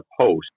post